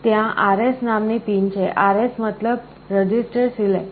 ત્યાં RS નામની pin છે RS મતલબ રજિસ્ટર સિલેક્ટ